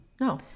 No